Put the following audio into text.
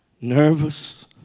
nervous